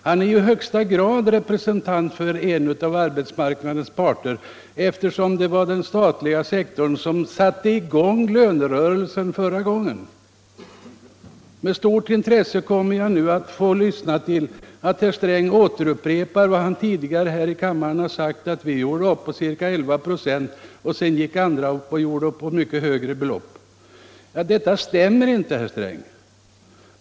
Han är ju i högsta grad representant för en av arbetsmarknadens parter, eftersom det var den statliga sektorn som satte i gång lönerörelsen förra gången. Med stort intresse kommer jag nu att få lyssna till att herr Sträng upprepar vad han tidigare har sagt här i kammaren: Vi gjorde upp på ca 11 96 och sedan gick andra ut och gjorde upp på mycket högre nivå. Detta stämmer inte, herr Sträng.